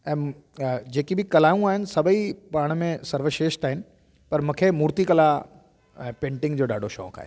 ऐं जेके बि कलाऊं आहिनि सभई पाण में सर्वश्रेष्ठ आहिनि पर मूंखे मूर्ति कला पेंटिंग जो ॾाढो शौक़ु आहे